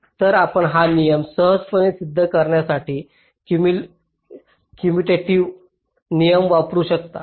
तर आपण हा नियम सहजपणे सिद्ध करण्यासाठी कम्युटेटिव नियम वापरू शकता